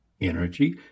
energy